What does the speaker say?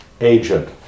agent